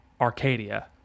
arcadia